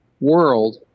world